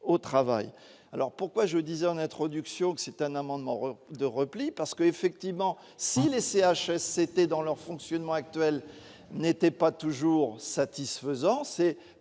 au travail, alors pourquoi je disais en introduction, c'est un amendement de repli, parce que, effectivement, si les CHSCT dans leur fonctionnement actuel n'était pas toujours satisfaisant,